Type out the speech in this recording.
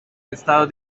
estado